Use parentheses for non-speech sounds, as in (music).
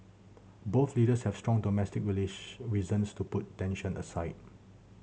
both leaders have strong domestic (unintelligible) reasons to put tension aside